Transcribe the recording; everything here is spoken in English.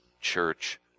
church